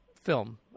Film